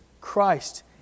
Christ